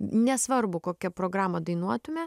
nesvarbu kokią programą dainuotume